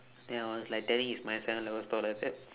then I was like telling it's my seven eleven store like that